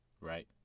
right